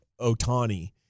Otani